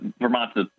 Vermont's